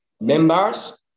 members